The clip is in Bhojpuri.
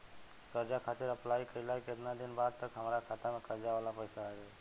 कर्जा खातिर अप्लाई कईला के केतना दिन बाद तक हमरा खाता मे कर्जा वाला पैसा आ जायी?